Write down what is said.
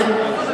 כן?